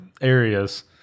areas